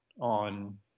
on